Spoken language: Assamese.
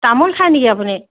তামোল খাই নেকি আপুনি